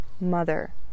mother